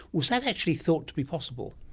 was that actually thought to be possible?